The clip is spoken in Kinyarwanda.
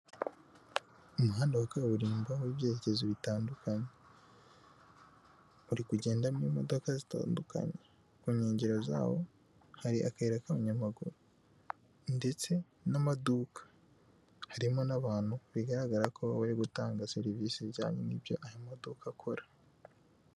Umuhanda wa kaburimbo w'ibyerekezo bitandukanye, uri kugendamo imodoka zitandukanye. Ku nkengero zawo hari akayira k'abanyamaguru, ndetse n'amaduka, harimo n'abantu bigaragara ko bari gutanga serivisi zijyanye n'ibyo ayo maduka akora.